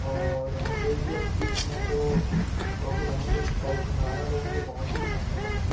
और K G F में जो रॉकी भाई ने जो कैरेक्टर निभाया वो मुझे बहुत ही अच्छा लगा